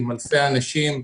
עם אלפי אנשים,